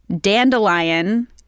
dandelion